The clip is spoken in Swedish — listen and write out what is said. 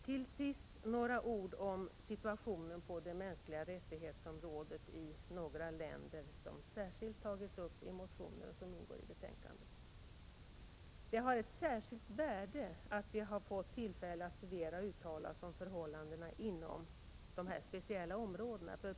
Till sist några ord om situationen på det mänskliga rättighetsområdet i några länder som särskilt har tagits upp i motioner som behandlas i betänkandet. Det har ett särskilt värde att vi har fått tillfälle att studera och uttala oss om förhållandena inom de här speciella områdena.